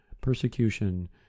persecution